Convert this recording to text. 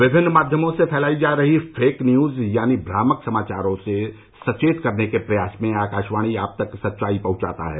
विभिन्न माध्यमों से फैलाई जा रही फेक न्यूज यानी भ्रामक समाचारों से सचेत करने के प्रयास में आकाशवाणी आप तक सच्चाई पहुंचाता है